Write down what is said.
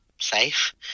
safe